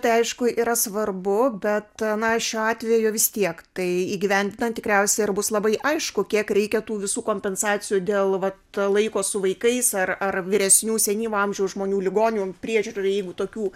tai aišku yra svarbu bet na šiuo atveju vis tiek tai įgyvendinant tikriausiai ir bus labai aišku kiek reikia tų visų kompensacijų dėl vat laiko su vaikais ar ar vyresnių senyvo amžiaus žmonių ligonių priežiūrai jeigu tokių